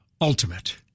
ultimate